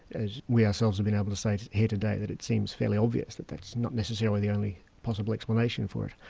as we ourselves have been able to say here today, that it seems fairly obvious that that's not necessarily the only possible explanation for it.